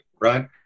right